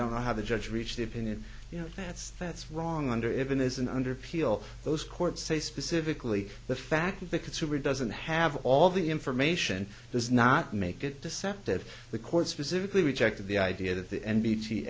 don't know how the judge reached the opinion you know that's that's wrong under even isn't under appeal those courts say specifically the fact that the consumer doesn't have all the information does not make it deceptive the court specifically rejected the idea that the n